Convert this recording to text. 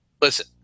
listen